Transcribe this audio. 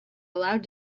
allowed